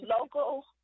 local